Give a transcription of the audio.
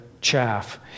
chaff